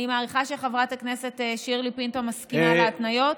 אני מעריכה שחברת הכנסת שירלי פינטו מסכימה להתניות?